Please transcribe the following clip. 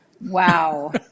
Wow